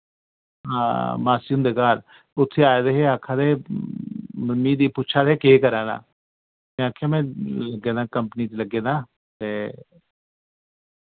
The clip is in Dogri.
हां मास्सी हुंदे घर उत्थे आए दे हे आक्खा दे हे मम्मी गी पुच्छा दे हे केह् करा दा में आखेया में लग्गे दा कंपनी च लग्गे दा ते